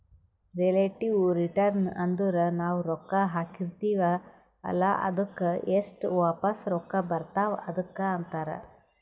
relative return ಅಂದುರ್ ನಾವು ರೊಕ್ಕಾ ಹಾಕಿರ್ತಿವ ಅಲ್ಲಾ ಅದ್ದುಕ್ ಎಸ್ಟ್ ವಾಪಸ್ ರೊಕ್ಕಾ ಬರ್ತಾವ್ ಅದುಕ್ಕ ಅಂತಾರ್